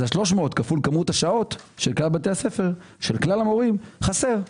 אז ה-300 כפול כמות השעות של כלל בתי הספר וכלל המורים חסר.